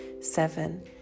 seven